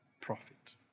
profit